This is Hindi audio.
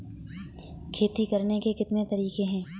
खेती करने के कितने तरीके हैं?